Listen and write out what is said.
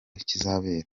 kizabera